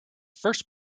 first